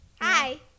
Hi